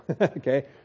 Okay